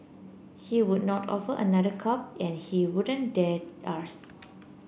he would not offer another cup and he wouldn't dare ask